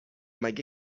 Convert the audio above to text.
مگه